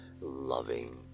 loving